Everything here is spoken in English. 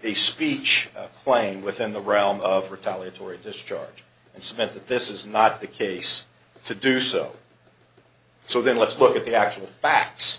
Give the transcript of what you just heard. the speech playing within the realm of retaliatory discharge it's meant that this is not the case to do so so then let's look at the actual facts